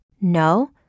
No